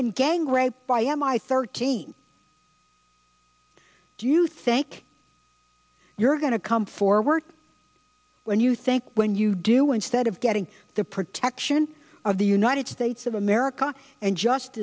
been gang raped by m i thirteen do you think you're going to come forward when you think when you do instead of getting the protection of the united states of america and